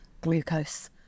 glucose